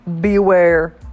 beware